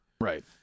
right